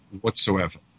whatsoever